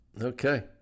Okay